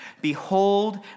Behold